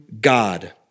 God